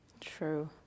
True